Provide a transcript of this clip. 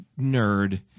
nerd